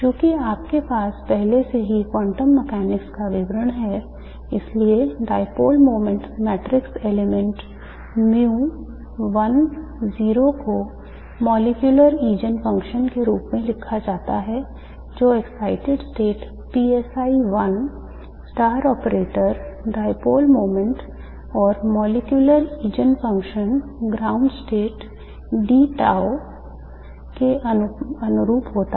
चूंकि आपके पास पहले से ही quantum mechanics का विवरण है इसलिए dipole moment matrix elements mu 1 0 को मॉलिक्यूलर ईजेन फ़ंक्शन के रूप में लिखा जाता है जो excited state psi 1 star operator dipole moment और molecular Eigen function ground stage d tau के अनुरूप होता है